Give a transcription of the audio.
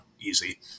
easy